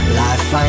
life